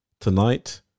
Tonight